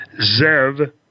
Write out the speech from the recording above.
Zev